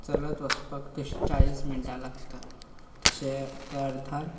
चलत वसपाक तशी चाळीस मिनटां लागता तशें त्या अर्थान